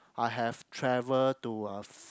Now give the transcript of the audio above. I have travel to a f~